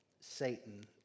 Satan